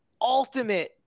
ultimate